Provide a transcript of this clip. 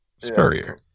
Spurrier